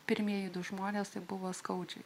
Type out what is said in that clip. pirmieji du žmonės tai buvo skaudžiai